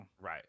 Right